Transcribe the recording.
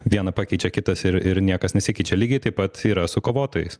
vieną pakeičia kitas ir ir niekas nesikeičia lygiai taip pat yra su kovotojais